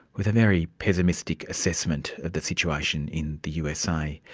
with a very pessimistic assessment of the situation in the usa.